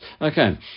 Okay